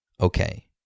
Okay